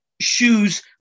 shoes